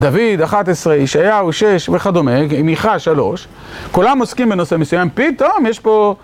דוד, 11, ישעיהו, 6, וכדומה, מיכה, שלוש, כולם עוסקים בנושא מסוים, פתאום יש פה...